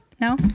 No